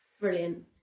Brilliant